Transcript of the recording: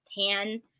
pan